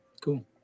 Cool